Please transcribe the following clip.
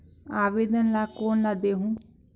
आवेदन ला कोन ला देहुं?